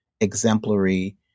exemplary